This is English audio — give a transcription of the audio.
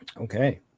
Okay